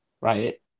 Right